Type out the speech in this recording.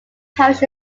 parish